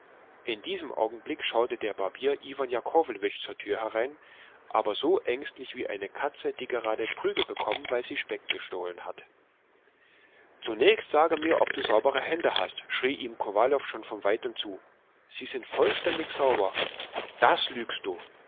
in diesem augenblick schaute der barbier iwan jakowlewitsch zur tür herein aber so ängstlich wie eine katze die gerade prügel bekommen weil sie speck gestohlen hat zunächst sage mir ob du saubere hände hast schrie ihm kowalow schon von weitem zu sie sind vollständig sauber das lügst du